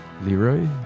Leroy